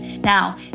Now